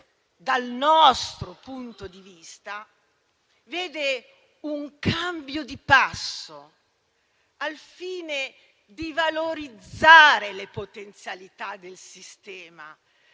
dal nostro punto di vista, vede un cambio di passo al fine di valorizzare le potenzialità del sistema